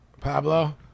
Pablo